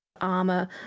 armor